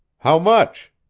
how much?